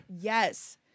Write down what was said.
Yes